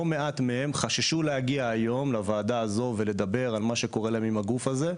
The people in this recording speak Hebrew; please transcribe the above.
לא מעט מהם חששו להגיע היום ולדבר על מה שקורה להם עם הגוף הזה,